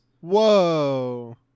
Whoa